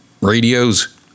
radios